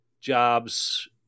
jobs